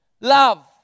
Love